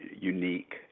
unique